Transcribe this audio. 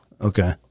Okay